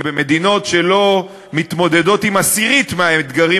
במדינות שלא מתמודדות עם עשירית מהאתגרים